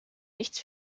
nichts